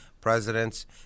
presidents